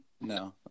No